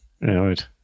Right